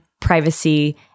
privacy